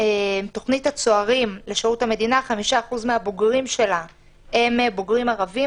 תוכנית הצוערים לשירות המדינה 5% מהבוגרים שלה הם בוגרים ערבים.